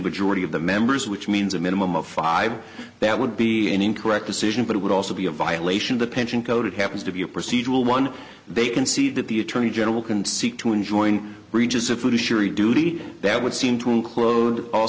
majority of the members which means a minimum of five that would be an incorrect decision but it would also be a violation the pension code it happens to be a procedural one they can see that the attorney general can seek to enjoin breaches of food issue or a duty that would seem to include all